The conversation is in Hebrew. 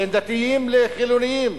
בין דתיים לחילונים,